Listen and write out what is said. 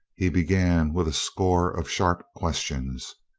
he began with a score of sharp questions.